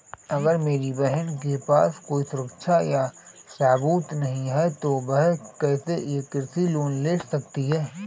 अगर मेरी बहन के पास कोई सुरक्षा या सबूत नहीं है, तो वह कैसे एक कृषि लोन ले सकती है?